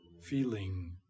feeling